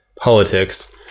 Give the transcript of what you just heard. politics